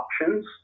options